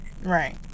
Right